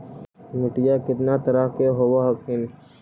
मिट्टीया कितना तरह के होब हखिन?